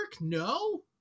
No